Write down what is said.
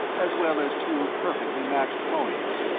as well as two perfectly matched ponies,